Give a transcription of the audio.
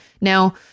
Now